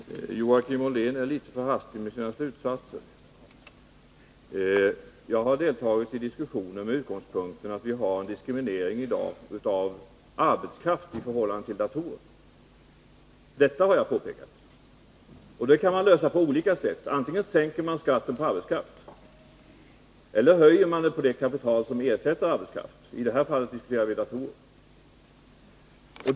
Herr talman! Joakim Ollén är litet för hastig i sina slutsatser. Jag har deltagit i diskussionen med den utgångspunkten att vi i dag har en diskriminering av arbetskraften i förhållande till datorerna. Detta har jag påpekat. Det problemet kan man lösa på olika sätt: antingen sänker man skatten på arbetskraft eller också höjer man den i fråga om produktionskapital — i det här fallet diskuterar vi datorer.